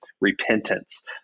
repentance